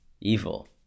evil